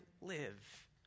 live